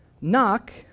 Knock